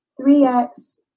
3x